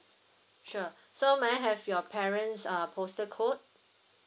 sure so may I have your parents uh postal code